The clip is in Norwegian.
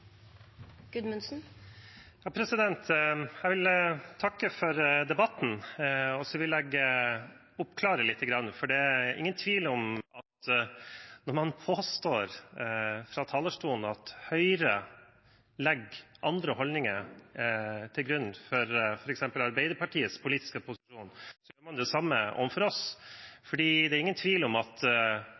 ingen tvil om at når man påstår fra talerstolen at Høyre legger andre holdninger til grunn for f.eks. Arbeiderpartiets politiske posisjon, så gjør man det samme overfor oss, for det er ingen tvil om at